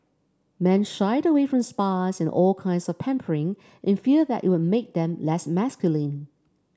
men shied away from spas and all kinds of pampering in fear that it would make them less masculine